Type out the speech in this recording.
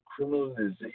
criminalization